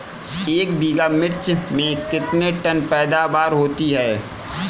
एक बीघा मिर्च में कितने टन पैदावार होती है?